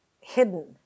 hidden